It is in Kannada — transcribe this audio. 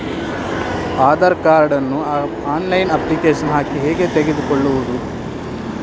ಆಧಾರ್ ಕಾರ್ಡ್ ನ್ನು ಆನ್ಲೈನ್ ಅಪ್ಲಿಕೇಶನ್ ಹಾಕಿ ಹೇಗೆ ತೆಗೆದುಕೊಳ್ಳುವುದು?